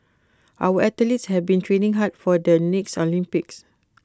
our athletes have been training hard for the next Olympics